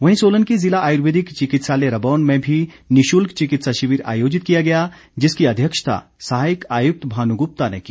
वहीं सोलन के जिला आयुर्वेदिक चिकित्सालय रबौन में भी निशुल्क चिकित्सा शिविर आयोजित किया गया जिसकी अध्यक्षता सहायक आयुक्त भानु गुप्ता ने की